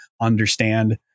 understand